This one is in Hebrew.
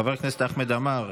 חבר הכנסת חמד עמאר,